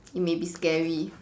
it may be scary